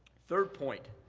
third point,